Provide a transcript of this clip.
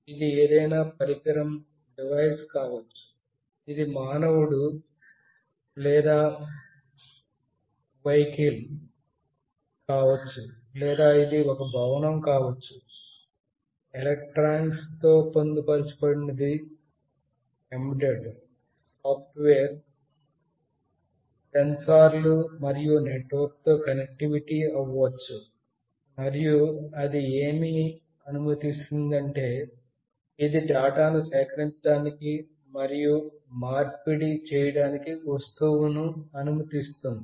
ఇది electronics software సెన్సార్లు మరియు నెట్వర్క్కనెక్టివిటీ తో పొందుపరచబడిన ఏదైనా పరికరం మానవుడు వాహనం లేదా ఒక భవనం కావచ్చు మరియుఅది ఏమిఅనుమతిఇస్తుంది అంటే ఇది డేటాను సేకరించడానికి మరియు మార్పిడి చేయడానికి వస్తువును అనుమతిస్తుంది